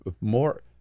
more